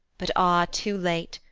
but ah! too late,